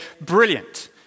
brilliant